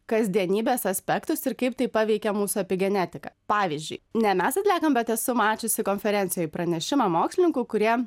kasdienybės aspektus ir kaip tai paveikia mūsų epi genetiką pavyzdžiui ne mes atliekam bet esu mačiusi konferencijoj pranešimą mokslininkų kurie